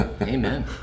Amen